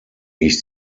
ich